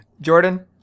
Jordan